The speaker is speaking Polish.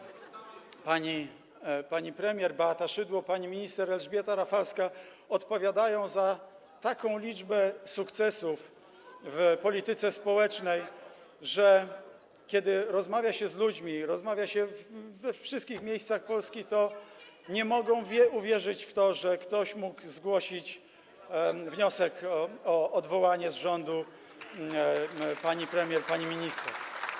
Pani premier Beata Szydło, pani minister Elżbieta Rafalska odpowiadają za taką liczbę sukcesów w polityce społecznej, że kiedy rozmawia się z ludźmi we wszystkich miejscach Polski, to nie mogą uwierzyć w to, że ktoś mógł zgłosić wniosek o odwołanie z rządu pani premier, pani minister.